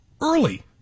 early